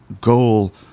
goal